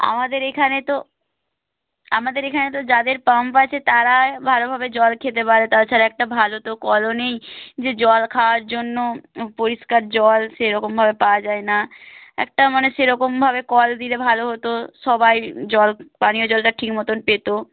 আমাদের এখানে তো আমাদের এখানে তো যাদের পাম্প আছে তারাই ভালোভাবে জল খেতে পারে তাছাড়া একটা ভালো তো কলও নেই যে জল খাওয়ার জন্য পরিষ্কার জল সেরকমভাবে পাওয়া যায় না একটা মানে সেরকমভাবে কল দিলে ভালো হতো সবাই জল পানীয় জলটা ঠিক মতন পেত